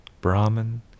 Brahman